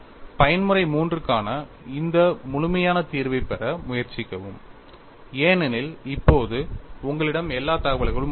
பயன்முறை III க்கான இந்த முழுமையான தீர்வைப் பெற முயற்சிக்கவும் ஏனெனில் இப்போது உங்களிடம் எல்லா தகவல்களும் உள்ளன